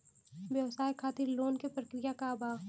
व्यवसाय खातीर लोन के प्रक्रिया का बा?